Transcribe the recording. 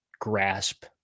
grasp